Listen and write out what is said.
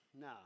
No